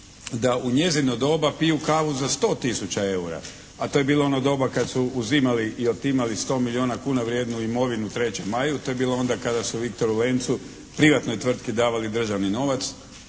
da u njezino doba piju kavu za 100 tisuća eura, a to je bilo ono doba kad su uzimali i otimali 100 milijuna kuna vrijednu imovinu "3. Maju". To je bilo onda kada su "Viktoru Lencu" privatnoj tvrtki davali državni novac.